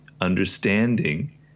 understanding